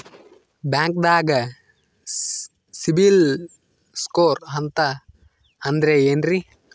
ಬ್ಯಾಂಕ್ದಾಗ CIBIL score ಅಂತ ಅಂದ್ರೆ ಏನ್ರೀ?